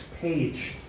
page